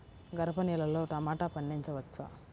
గరపనేలలో టమాటా పండించవచ్చా?